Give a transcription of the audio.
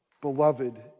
beloved